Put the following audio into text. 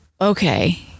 okay